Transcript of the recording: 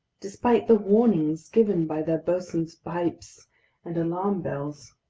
despite the warnings given by their bosun's pipes and alarm bells!